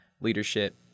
leadership